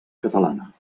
catalana